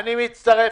אני מצטרף.